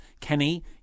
kenny